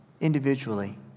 individually